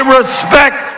respect